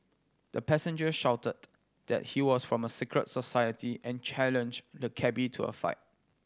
the passenger shouted that he was from a secret society and challenged the cabby to a fight